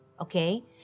okay